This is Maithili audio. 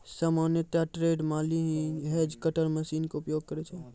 सामान्यतया ट्रेंड माली हीं हेज कटर मशीन के उपयोग करै छै